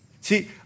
see